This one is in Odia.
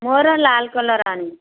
ମୋର ଲାଲ୍ କଲର୍ ଆଣିବୁ